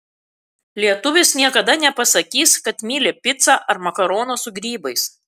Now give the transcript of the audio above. lietuvis niekada nepasakys kad myli picą ar makaronus su grybais